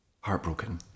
Heartbroken